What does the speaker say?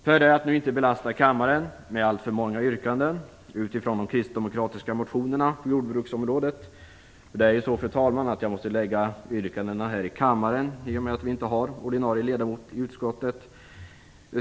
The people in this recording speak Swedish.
Jag tänker inte belasta kammarens tid med alltför många yrkanden utifrån de kristdemokratiska motionerna på jordbruksområdet. Det är ju så att jag måste framställa yrkandena här i kammaren i och med att vi inte har någon ordinarie ledamot i utskottet.